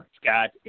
Scott